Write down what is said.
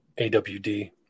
AWD